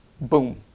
Boom